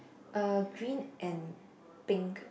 uh green and pink